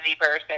person